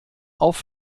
auf